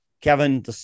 Kevin